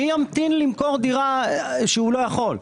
מי ימתין למכור דירה כשהוא לא יכול?